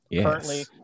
currently